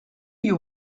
you